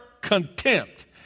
contempt